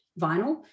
vinyl